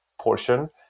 portion